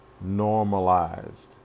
normalized